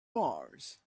mars